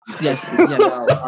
Yes